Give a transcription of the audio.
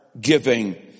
giving